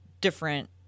different